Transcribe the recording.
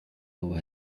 over